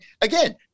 again